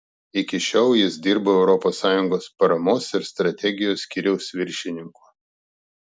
iki šiol jis dirbo europos sąjungos paramos ir strategijos skyriaus viršininku